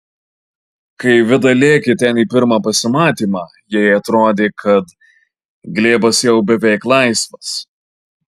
kai vida lėkė ten į pirmą pasimatymą jai atrodė kad glėbas jau beveik laisvas